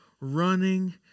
running